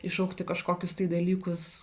iššaukti kažkokius tai dalykus